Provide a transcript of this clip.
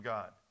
God